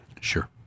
Sure